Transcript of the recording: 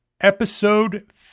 Episode